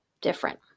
different